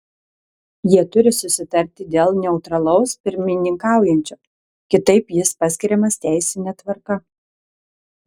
jie turi susitarti dėl neutralaus pirmininkaujančio kitaip jis paskiriamas teisine tvarka